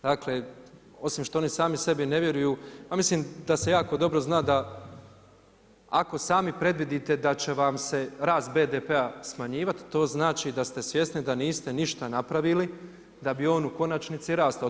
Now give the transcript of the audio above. Dakle, osim što oni sami sebi ne vjeruju, ma mislim da se jako dobro zna da ako sami predvidite da će vam se rast BDP-a smanjivati to znači da ste svjesni da niste ništa napravili da bi on u konačnici rastao.